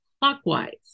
clockwise